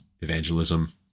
evangelism